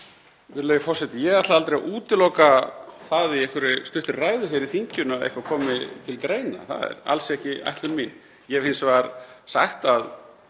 Ég ætla aldrei að útiloka það í einhverri stuttri ræðu hér í þinginu að eitthvað komi til greina. Það er alls ekki ætlun mín. Ég hef hins vegar sagt að